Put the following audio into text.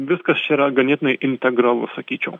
viskas čia yra ganėtinai integralu sakyčiau